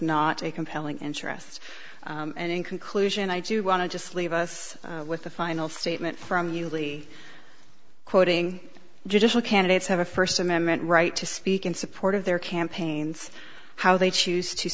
not a compelling interest and in conclusion i do want to just leave us with a final statement from you lee quoting judicial candidates have a first amendment right to speak in support of their campaigns how they choose to